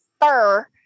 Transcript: fur